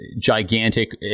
gigantic